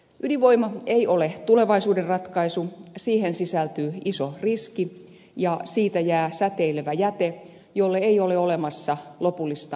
ydinvoima ei ole tulevaisuuden ratkaisu siihen sisältyy iso riski ja siitä jää säteilevä jäte jolle ei ole olemassa lopullista ratkaisua